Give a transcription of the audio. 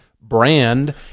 brand